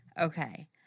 Okay